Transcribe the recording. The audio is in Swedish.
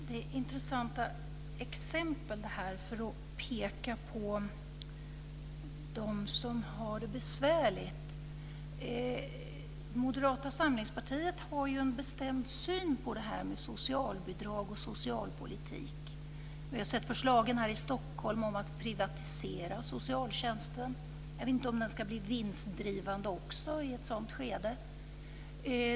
Fru talman! Detta är intressanta exempel som används för att peka på dem som har det besvärligt. Moderata samlingspartiet har ju en bestämd syn på detta med socialbidrag och socialpolitik. Vi har sett förslagen här i Stockholm om att privatisera socialtjänsten. Jag vet inte om den också ska bli vinstdrivande.